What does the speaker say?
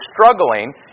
struggling